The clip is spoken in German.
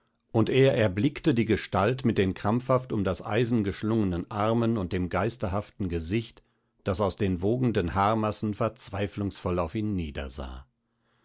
und er erblickte die gestalt mit den krampfhaft um das eisen geschlungenen armen und dem geisterhaften gesicht das aus den wogenden haarmassen verzweiflungsvoll auf ihn niedersah